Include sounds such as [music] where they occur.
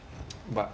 [noise] but